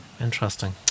interesting